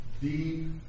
deep